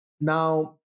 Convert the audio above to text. now